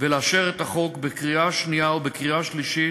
ולאשר את החוק בקריאה שנייה ובקריאה שלישית